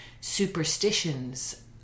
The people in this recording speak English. superstitions